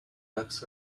bucks